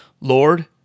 Lord